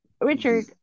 Richard